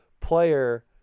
player